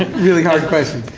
really hard questions.